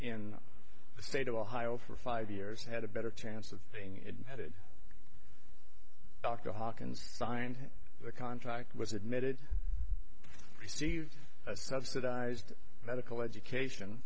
state of ohio for five years had a better chance of being admitted dr hawkins signed the contract was admitted received a subsidized medical education